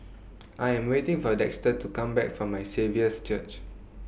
I Am waiting For Dexter to Come Back from My Saviour's Church